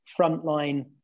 frontline